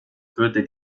führte